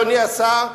אדוני השר,